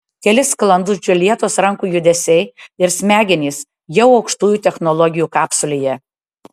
keli sklandūs džiuljetos rankų judesiai ir smegenys jau aukštųjų technologijų kapsulėje